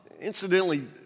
Incidentally